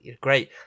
Great